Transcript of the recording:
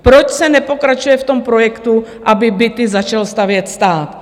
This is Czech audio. Proč se nepokračuje v projektu, aby byty začal stavět stát?